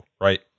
right